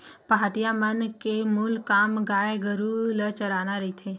पहाटिया मन के मूल काम गाय गरु ल चराना रहिथे